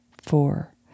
four